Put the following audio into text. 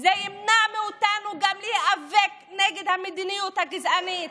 זה ימנע מאיתנו גם להיאבק נגד המדיניות הגזענית.